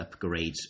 upgrades